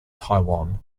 taiwan